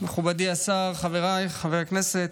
מכובדי השר, חבריי חברי הכנסת,